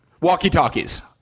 Walkie-talkies